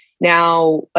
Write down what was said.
Now